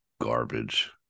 garbage